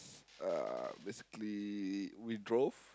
uh basically we drove